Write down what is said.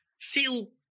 Feel